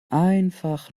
einfach